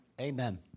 Amen